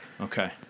okay